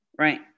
right